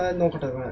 ah negative.